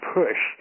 push